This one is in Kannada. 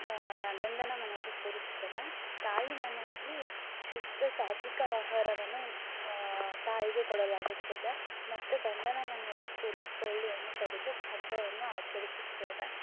ಗಂಡನ ಮನೆಯಲ್ಲಿ ಕೂರಿಸ್ತೇವೆ ತಾಯಿ ಮನೆಯಲ್ಲಿ ಶುದ್ಧ ಸಾತ್ವಿಕ ಆಹಾರವನ್ನು ತಾಯಿಗೆ ಕೊಡಲಾಗುತ್ತದೆ ಮತ್ತು ಗಂಡನ ಮನೆಯಲ್ಲಿ ಕುರಿ ಕೋಳಿಯನ್ನು ಕಡಿದು ಹಬ್ಬವನ್ನು ಆಚರಿಸುತ್ತೇವೆ